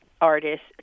artist